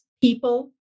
people